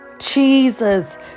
Jesus